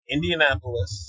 Indianapolis